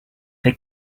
they